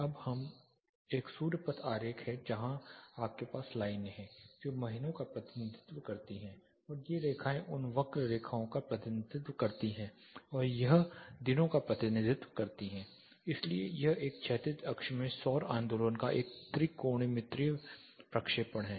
अब यह एक सूर्य पथ आरेख है जहां आपके पास लाइनें हैं जो महीनों का प्रतिनिधित्व करती हैं और ये रेखाएं उन वक्र रेखाओं का प्रतिनिधित्व करती हैं और यह दिनों का प्रतिनिधित्व करती हैं इसलिए यह एक क्षैतिज अक्ष में सौर गति का एक त्रिकोणमितीय प्रक्षेपण है